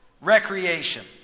recreation